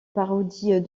parodie